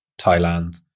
Thailand